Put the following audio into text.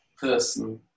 person